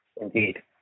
Indeed